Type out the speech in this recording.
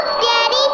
Daddy